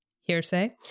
hearsay